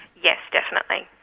yes, definitely.